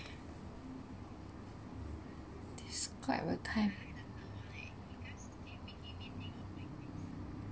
describe a time